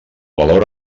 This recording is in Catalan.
valor